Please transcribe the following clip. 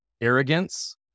arrogance